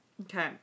Okay